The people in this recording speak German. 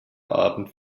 abend